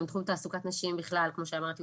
גם תחום תעסוקת נשים בכלל כמו שכבר אמרתי,